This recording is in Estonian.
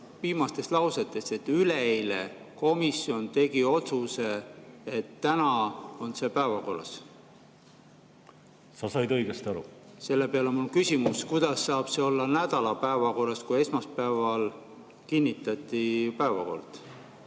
viimastest lausetest, et üleeile komisjon tegi otsuse, et täna on see päevakorras? Sa said õigesti aru. Selle peale on mul küsimus: kuidas saab see olla nädala päevakorras, kui esmaspäeval kinnitati päevakord.